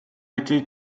été